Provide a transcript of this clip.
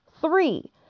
Three